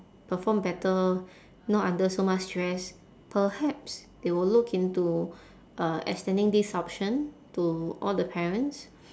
perform better not under so much stress perhaps they will look into uh extending this option to all the parents